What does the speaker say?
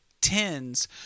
tens